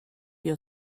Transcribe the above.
your